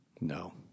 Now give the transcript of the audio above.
No